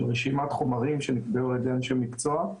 רשימת חומרים שנקבעו על ידי אנשי מקצוע.